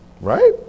Right